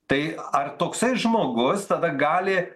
tai ar toksai žmogus tada gali